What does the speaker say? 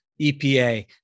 EPA